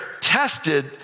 tested